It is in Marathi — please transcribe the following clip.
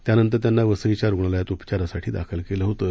त्यांनतर त्यांना वसईच्या रुग्णालयात उपचारासाठी दाखल केलं होतं